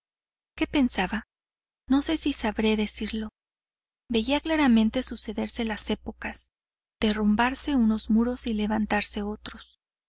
qué pensaba no sé si sabré decirlo veía claramente sucederse las épocas derrumbarse unos muros y levantarse otros